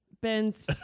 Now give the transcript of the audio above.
Ben's